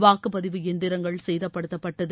வாக்குப் பதிவு எந்திரங்கள் சேதப்படுத்தப்பட்டது